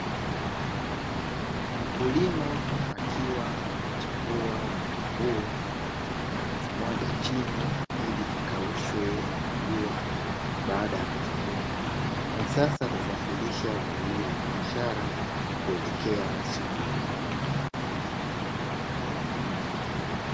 Mkulima akiwa anachambua vitunguu na kuvimwaga chini ili vikaushwe na jua baada ya kuvivuna. Na sasa atasafirisha zao hili la biashara kuelekea sokoni.